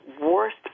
worst